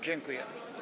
Dziękuję.